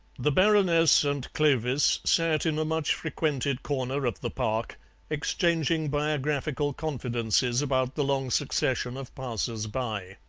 the baroness and clovis sat in a much-frequented corner of the park exchanging biographical confidences about the long succession of passers-by.